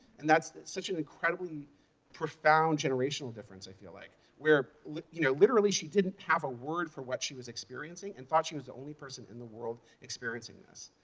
and that's such an incredibly profound generational difference i feel like, where like you know literally she didn't have a word for what she was experiencing and thought she was the only person in the world experiencing this.